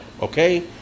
okay